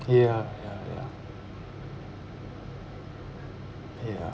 ya ya ya ya